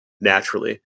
naturally